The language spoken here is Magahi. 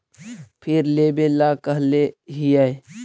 फिर लेवेला कहले हियै?